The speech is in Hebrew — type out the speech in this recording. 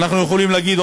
ואנחנו יכולים להגיד,